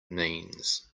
means